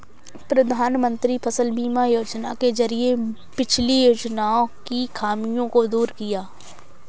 प्रधानमंत्री फसल बीमा योजना के जरिये पिछली योजनाओं की खामियों को दूर किया